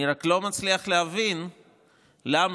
אני רק לא מצליח להבין למה,